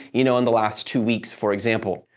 you know, in the last two weeks, for example.